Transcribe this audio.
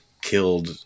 killed